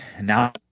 now